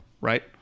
right